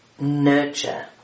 nurture